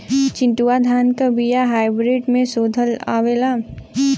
चिन्टूवा धान क बिया हाइब्रिड में शोधल आवेला?